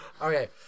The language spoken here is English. Okay